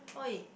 !oi!